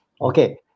Okay